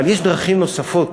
אבל יש דרכים נוספות,